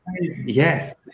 yes